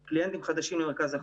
ובהכרח קליינטים חדשים למרכז החוסן.